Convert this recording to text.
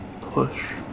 push